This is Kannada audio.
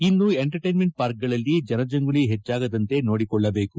ಇನ್ನು ಎಂಟರ್ಟೇನ್ಮೆಂಟ್ ಪಾರ್ಕ್ಗಳಲ್ಲಿ ಜನಜಂಗುಳಿ ಹೆಚ್ಚಾಗದಂತೆ ನೋಡಿಕೊಳ್ಳಬೇಕು